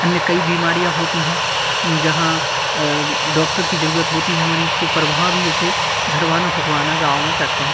अन्य कई बीमारियाँ होती हैं जहाँ डॉक्टर की ज़रूरत होती है मरीज़ को पर वहाँ भी उसे झड़वाना फुकवाना गाँव में करते हैं